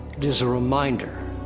it is a reminder.